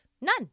None